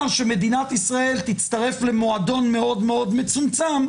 שמדינת ישראל תצטרף למועדון מאוד מאוד מצומצם,